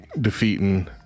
defeating